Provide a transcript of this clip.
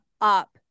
up